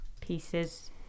pieces